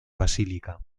basílica